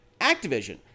Activision